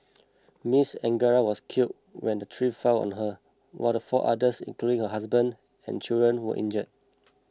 Miss Angara was killed when the tree fell on her while four others including her husband and children were injured